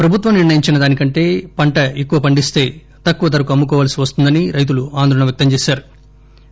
ప్రభుత్వం నిర్ణయించిన దానికంటే పంట ఎక్కువ పండిస్తే తక్కువ ధరకు అమ్ముకోవలసి వస్తుందని రైతులు ఆందోళన వ్యక్తంచేశారు